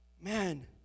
Man